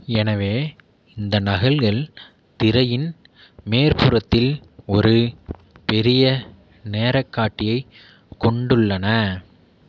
எனவே இந்த நகல்கள் திரையின் மேற்புறத்தில் ஒரு பெரிய நேர காட்டியைக் கொண்டுள்ளன